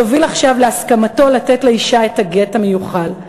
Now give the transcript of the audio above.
תוביל עכשיו להסכמתו לתת לאישה את הגט המיוחל.